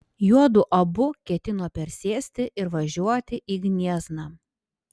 juodu abu ketino persėsti ir važiuoti į gniezną